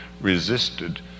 resisted